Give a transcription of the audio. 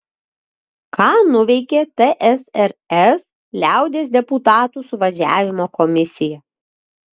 ką nuveikė tsrs liaudies deputatų suvažiavimo komisija